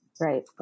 Right